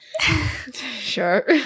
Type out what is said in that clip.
Sure